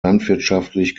landwirtschaftlich